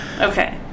Okay